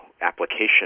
application